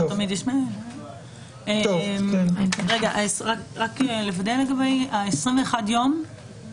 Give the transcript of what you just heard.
רק לוודא, 21 ימים?